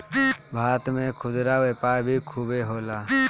भारत में खुदरा व्यापार भी खूबे होला